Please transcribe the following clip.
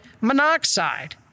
monoxide